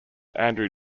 andrew